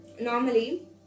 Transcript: normally